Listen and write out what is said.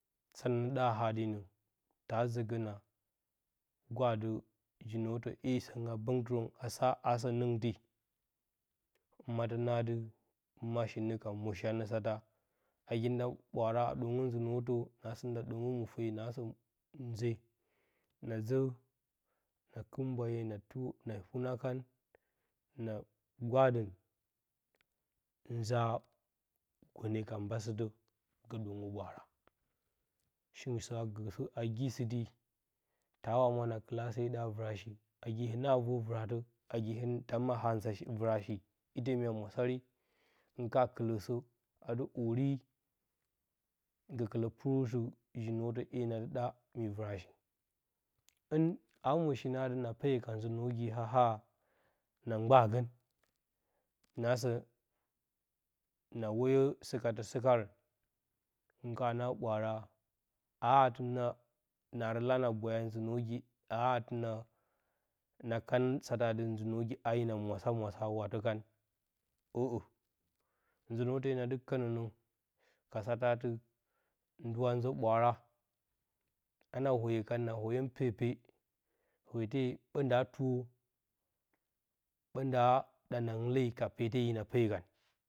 Sanə nə ɗa a hadenə tazə gəna gwahadə ji-nuwotə ‘ye səngɨn a bəng tɨrən asa aa sə nɨngti hɨma tə nadɨ hɨmashinə ka mwozhi anə sata nagi nda ɓwa ara a ɗwəngə nuwotə naasə nda ɗwəngə mupe, naasə nze, nazə na kɨt mbwaye, na tu, na wunakan na gwahadən, nzaa gone ka mbasɨtə gə ɗwəngə ɓwaara shingɨn sə avə, agi sɨti, tawa mwa na kɨlə ati se ɗa a vɨrashi nagi hɨna a vor-vɨratə, nagi hɨn tam a vor-vɨrashi ite mya mwasari, hɨn kana kɨlə sə, adɨ ori, gə kɨlə puurɨtɨ ji nuwatə ‘ye na dɨ ɗa i vɨrashi hɨna mwoshi nə atɨ na peyo ka nzə nuwogi a haa a na gbaagən nagsə na woyo sɨ katə sɨ karən hɨn kana na ɓwaara a atɨ na naarə la na boyo ati nzə nuwogi aa ati na na kən satə atɨ nzə nuwogi a hina mwasa mwasa watə kan ə'ə nzə nuwoto ndɨ kənə nə ka satə atɨ nduwa nzə ɓwaara hana woyo kan, na woyon pepe weete ɓə nda tuu ɓə nda ɗa na hɨn leeyi ka peete hina peyo kan